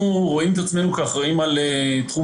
אנחנו רואים את עצמנו אחראים על תחום